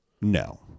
No